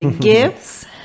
gifts